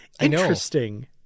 Interesting